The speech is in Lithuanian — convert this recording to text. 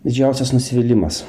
didžiausias nusivylimas